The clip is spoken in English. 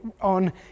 on